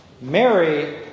Mary